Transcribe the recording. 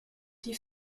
die